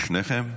שניכם?